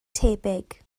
tebyg